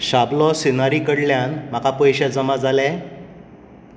शाबलो सिनारी कडल्यान म्हाका पयशे जमा जाले